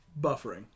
Buffering